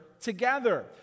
together